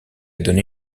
donné